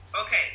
Okay